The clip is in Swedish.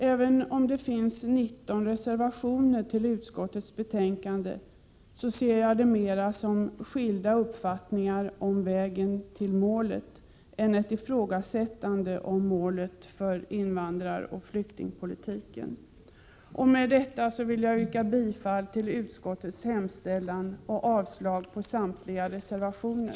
Även om det fogats 19 reservationer till utskottets betänkande, ser jag det mera som uttryck för skilda uppfattningar om vägen till målet än som ett ifrågasättande av målet för invandraroch flyktingpolitiken. Med detta vill jag yrka bifall till utskottets hemställan och avslag på samtliga reservationer.